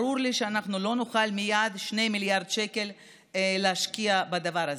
ברור לי שלא נוכל מייד להשקיע 2 מיליארד שקל בדבר הזה,